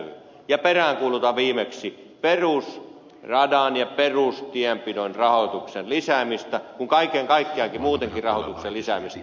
ja peräänkuulutan viimeksi perusradan ja perustienpidon rahoituksen lisäämistä ja kaiken kaikkiaan muutenkin rahoituksen lisäämistä